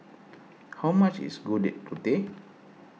how much is Gudeg Putih